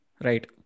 Right